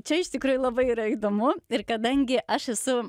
čia iš tikrųjų labai yra įdomu ir kadangi aš esu